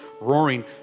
roaring